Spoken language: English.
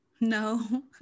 no